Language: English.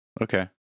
Okay